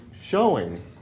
showing